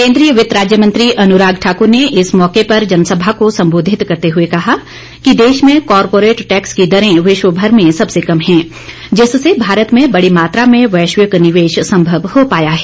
केन्द्रीय वित्त राज्य मंत्री अनुराग ठाकुर ने इस मौके पर जनसभा को संबोधित करते हुए कहा कि देश में कॉरपोरेट टैक्स की दरें विश्वभर में सबसे कम हैं जिससे भारत में बड़ी मात्रा में वैश्विक निवेश संभव हो पाया है